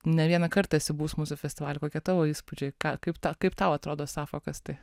ne vieną kartą esi buvus mūsų festivalyj kokie tavo įspūdžiai ką kaip tą kaip tau atrodo sapfo kas tai